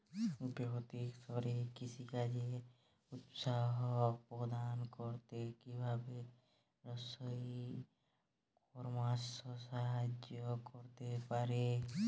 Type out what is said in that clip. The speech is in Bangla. বৈষয়িক স্তরে কৃষিকাজকে উৎসাহ প্রদান করতে কিভাবে ই কমার্স সাহায্য করতে পারে?